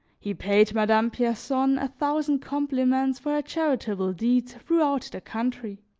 he paid madame pierson a thousand compliments for her charitable deeds throughout the country